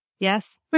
Yes